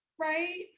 Right